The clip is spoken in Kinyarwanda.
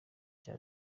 cya